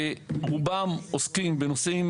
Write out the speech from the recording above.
שרובם עוסקים בנושאים